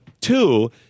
two